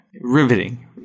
Riveting